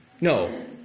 No